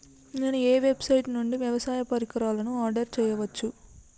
నేను ఏ వెబ్సైట్ నుండి వ్యవసాయ పరికరాలను ఆర్డర్ చేయవచ్చు?